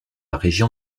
région